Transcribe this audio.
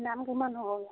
দাম কিমান হ'ব